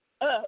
up